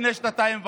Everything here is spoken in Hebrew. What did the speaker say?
לפני שנתיים וחצי.